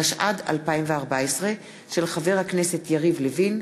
התשע"ד 2014, מאת חברי הכנסת דב חנין,